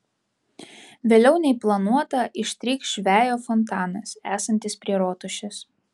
vėliau nei planuota ištrykš žvejo fontanas esantis prie rotušės